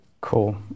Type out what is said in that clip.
Cool